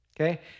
Okay